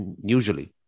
usually